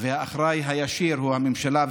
האחראית הישירה היא של הממשלה,